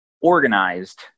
organized